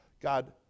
God